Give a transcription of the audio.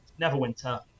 Neverwinter